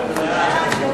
2 נתקבלו.